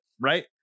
right